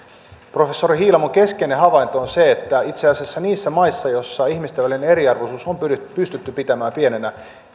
professori hiilamon keskeinen havainto on se että itse asiassa niissä maissa joissa ihmisten välinen eriarvoisuus on pystytty pitämään pienenä